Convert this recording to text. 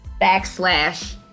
backslash